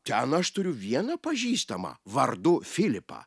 ten aš turiu vieną pažįstamą vardu filipa